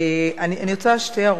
אני רוצה להעיר שתי הערות.